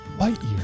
Lightyear